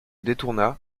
détourna